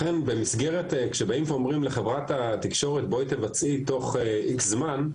לכן כשבאים ואומרים לחברת התקשורת לבוא ולבצע תוך X זמן,